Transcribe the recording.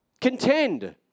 Contend